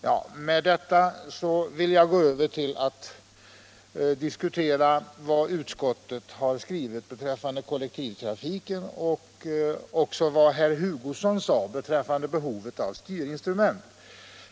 Efter detta vill jag gå över till att kommentera vad utskottet har skrivit beträffande kollektivtrafiken och vad herr Hugosson sade om behovet av styrinstrument.